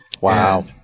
wow